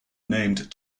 named